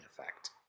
effect